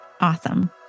Awesome